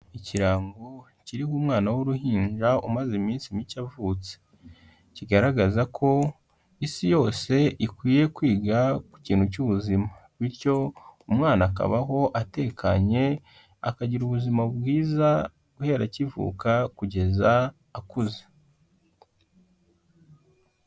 Ikirango kiriho umwana w'uruhinja umaze iminsi mike avutse, kigaragaza ko isi yose ikwiye kwiga ku kintu cy'ubuzima. Bityo umwana akabaho atekanye, akagira ubuzima bwiza guhera akivuka kugeza akuze.